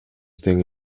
тең